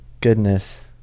Goodness